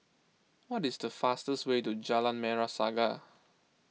what is the fastest way to Jalan Merah Saga